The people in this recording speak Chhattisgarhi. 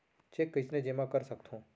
चेक कईसने जेमा कर सकथो?